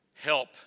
Help